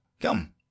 come